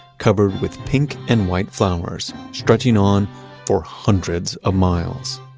covered with pink and white flowers, stretching on for hundreds of miles.